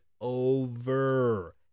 over